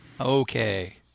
Okay